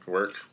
work